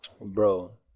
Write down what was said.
Bro